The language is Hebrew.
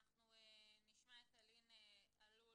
אנחנו נשמע את אלין אלול